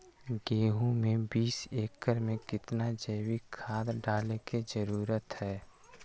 गेंहू में बीस एकर में कितना जैविक खाद डाले के जरूरत है?